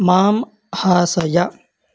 मां हासय